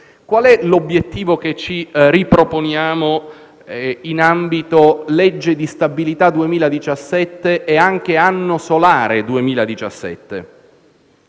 Qual è l'obiettivo che ci riproponiamo in ambito legge di stabilità 2017 e anche anno solare 2017?